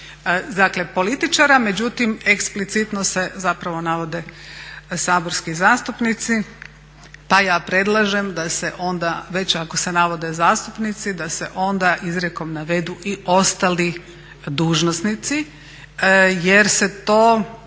političara, međutim eksplicitno se zapravo navode saborski zastupnici pa ja predlažem da se onda već ako se navode zastupnici da se onda izrijekom navedu i ostali dužnosnici jer se to